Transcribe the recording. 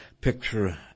picture